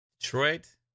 Detroit